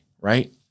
Right